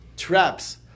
traps